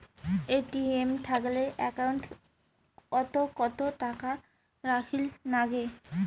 ATM থাকিলে account ওত কত টাকা রাখীর নাগে?